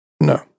No